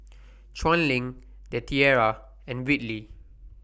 Chuan LINK The Tiara and Whitley